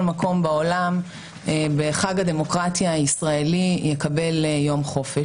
מקום בעולם בחג הדמוקרטיה הישראלי יקבל יום חופש.